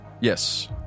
Yes